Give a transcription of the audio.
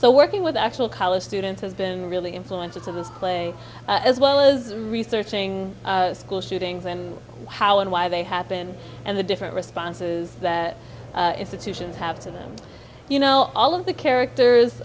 so working with actual college students has been really influences of this play as well as researching school shootings and how and why they happen and the different responses their institutions have to them you know all of the characters